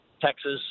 Texas